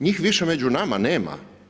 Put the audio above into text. Njih više među nama nema.